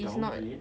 downgrade